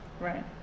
Right